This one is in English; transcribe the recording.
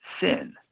sin